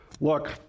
look